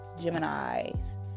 Gemini's